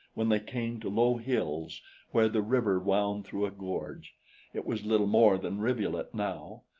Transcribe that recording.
when they came to low hills where the river wound through a gorge it was little more than rivulet now,